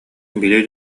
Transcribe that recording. били